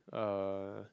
uh